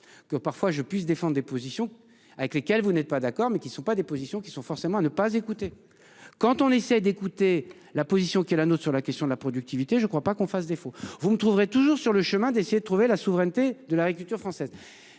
Que parfois je puisse défendent des positions avec lesquelles vous n'êtes pas d'accord, mais qui ne sont pas des positions qui sont forcément à ne pas écouter quand on essaie d'écouter la position qui est la note sur la question de la productivité. Je ne crois pas qu'on fasse défaut. Vous ne trouverez toujours sur le chemin d'essayer de trouver la souveraineté de l'agriculture française